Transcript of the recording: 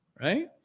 right